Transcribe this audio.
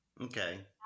Okay